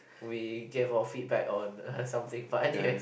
we gave our feedback on something but anyways